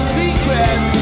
secrets